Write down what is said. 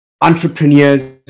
entrepreneurs